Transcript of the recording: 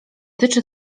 tyczy